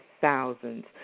thousands